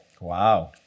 Wow